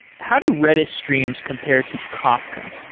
how do redis streams compare to kafka?